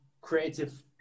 creative